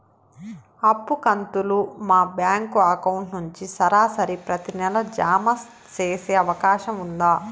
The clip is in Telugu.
అప్పు కంతులు మా బ్యాంకు అకౌంట్ నుంచి సరాసరి ప్రతి నెల జామ సేసే అవకాశం ఉందా?